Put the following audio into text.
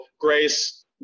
Grace